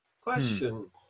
Question